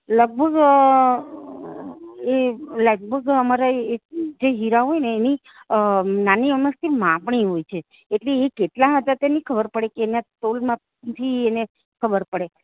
લગભગ એ લગભગ અમારા જે હીરા હોયને એની નાની અમસ્તી માપણી હોય છે એટલે એ કેટલાં હતા તે નથી ખબર એના તોલ માપથી એને ખબર પડે